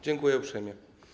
Dziękuję uprzejmie.